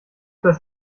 das